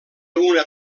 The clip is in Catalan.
una